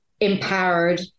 empowered